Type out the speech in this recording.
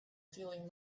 feeling